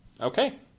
Okay